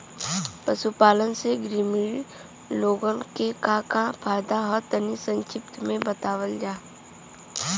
पशुपालन से ग्रामीण लोगन के का का फायदा ह तनि संक्षिप्त में बतावल जा?